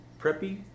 Preppy